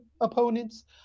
opponents